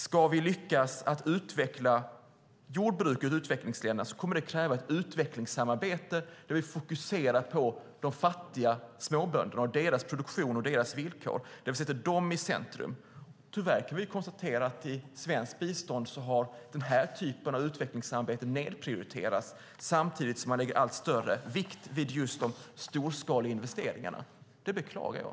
Ska vi lyckas utveckla jordbruket i utvecklingsländerna kommer det att kräva ett utvecklingssamarbete där vi fokuserar på de fattiga småbönderna och deras produktion och villkor, där vi sätter dem i centrum. Tyvärr kan vi konstatera att i svenskt bistånd har den typen av utvecklingssamarbete nedprioriterats, samtidigt som man lägger allt större vikt vid just de storskaliga investeringarna. Det beklagar jag.